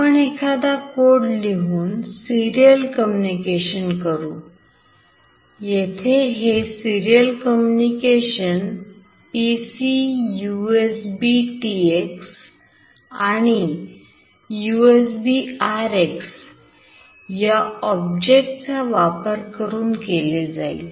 आपण एखादा कोड लिहून सिरीयल कम्युनिकेशन करू येथे हे serial communication serial PC USBTX आणि USBRX या ऑब्जेक्टचा वापर करून केले जाईल